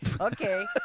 okay